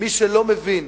מי שלא מבין